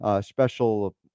special